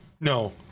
No